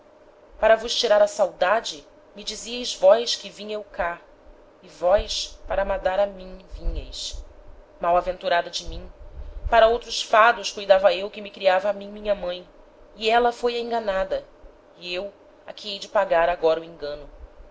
para vos tirar a saudade me dizieis vós que vinha eu cá e vós para m'a dar a mim vinheis malaventurada de mim para outros fados cuidava eu que me criava a mim minha mãe e éla foi a enganada e eu a que hei de pagar agora o engano